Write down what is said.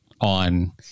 on